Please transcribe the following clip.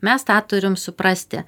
mes tą turim suprasti